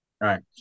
Right